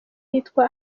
yitwa